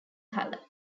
color